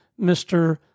Mr